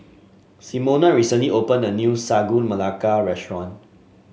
Simona recently opened a new Sagu Melaka restaurant